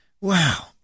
Wow